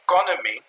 economy